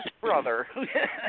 brother